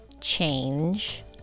change